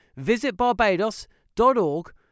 visitbarbados.org